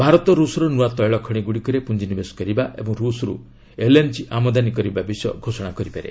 ଭାରତ ରୁଷର ନୂଆ ତୈଳ ଖଣି ଗୁଡ଼ିକରେ ପୁଞ୍ଜିନିବେଶ କରିବା ଏବଂ ରୁଷରୁ ଏଲ୍ଏନ୍କି ଆମଦାନୀ କରିବା ବିଷୟ ଘୋଷଣା କରିପାରେ